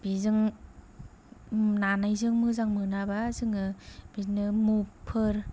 बिजों नानायजों मोजां मोनाबा जोङो बिदिनो मुभफोर